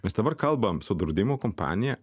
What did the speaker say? mes dabar kalbam su draudimo kompanija